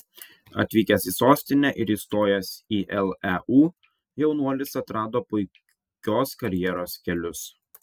atvykęs į sostinę ir įstojęs į leu jaunuolis atrado puikios karjeros kelius